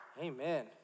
Amen